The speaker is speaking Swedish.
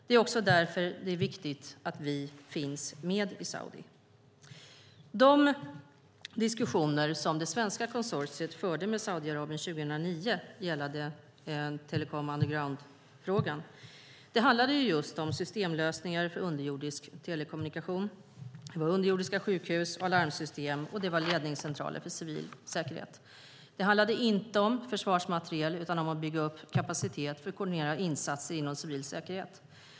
Det är också därför det är viktigt att vi finns med i Saudiarabien. De diskussioner som det svenska konsortiet förde med Saudiarabien 2009 i telekom-underground-frågan handlade om systemlösningar för underjordisk telekommunikation, underjordiska sjukhus och alarmsystem och ledningscentraler för civil säkerhet. Det handlade inte om försvarsmateriel utan om att bygga upp kapacitet att koordinera insatser inom civil säkerhet.